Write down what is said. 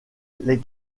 les